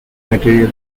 material